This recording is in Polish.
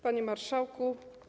Panie Marszałku!